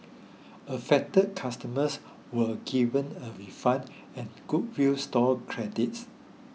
affected customers were given a refund and goodwill store credits